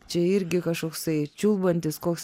čia irgi kažkoksai čiulbantis koks